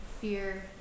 fear